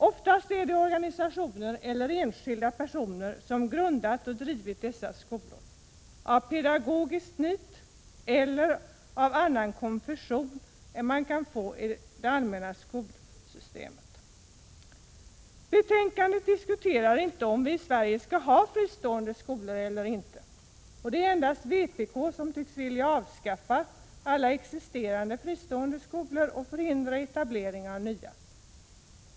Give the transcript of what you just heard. Ofta är det organisationer eller enskilda personer som grundat och driver dessa skolor med något pedagogiskt nytt eller en annan konfession än vad man kan få inom det allmänna skolsystemet. I betänkandet diskuteras inte frågan om vi i Sverige skall ha fristående skolor eller inte. Endast vpk tycks vilja avskaffa alla existerande fristående skolor och förhindra etablering av nya.